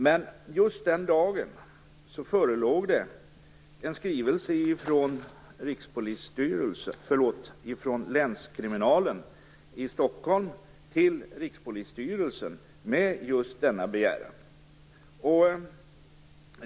Men just den dagen förelåg en skrivelse från länskriminalen i Stockholm till Rikspolisstyrelsen med just denna begäran.